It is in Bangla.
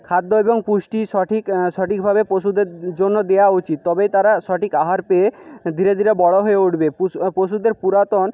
খাদ্য এবং পুষ্টি সঠিক সঠিকভাবে পশুদের জন্য দেওয়া উচিত তবে তারা সঠিক আহার পেয়ে ধীরে ধীরে বড়ো হয়ে উঠবে পশুদের পুরাতন